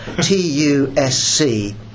T-U-S-C